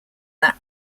that